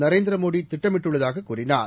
நரேந்திர மோடி திட்டமிட்டுள்ளதாக கூறினார்